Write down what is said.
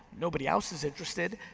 nobody else is interested,